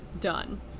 done